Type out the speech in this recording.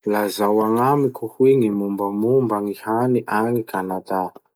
Lazao agnamiko hoe gny mombamomba gny hany agny Kanada?